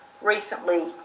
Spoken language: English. recently